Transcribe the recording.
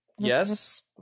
Yes